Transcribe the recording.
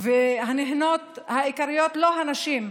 והנהנות העיקריות, לא הנשים.